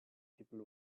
people